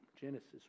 Genesis